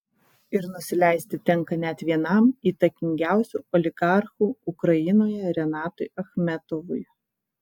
ir nusileisti tenka net vienam įtakingiausių oligarchų ukrainoje renatui achmetovui